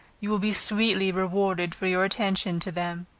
you will be sweetly rewarded for your attention to them.